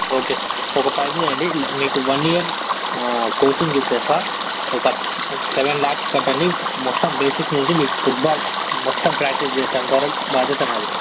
okay ఒక పనిచేయండి మీకు వన్ ఇయర్ కోచింగ్ ఇచ్చేస్తా ఒక సెవెన్ ల్యాక్స్ కట్టండి మొత్తం బేసిక్స్ నుంచి మీకు ఫుట్బాల్ మొత్తం ప్రాక్టీస్ చేసేంత వరకు బాధ్యత నాది